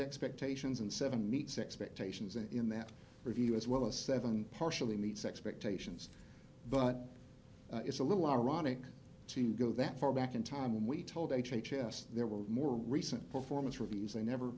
expectations and seven meets expectations in that review as well as seven partially meets expectations but it's a little ironic to go that far back in time when we told h h s there were more recent performance reviews they never